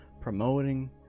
promoting